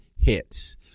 hits